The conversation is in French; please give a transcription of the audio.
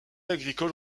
agricole